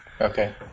Okay